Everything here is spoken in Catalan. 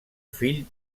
fill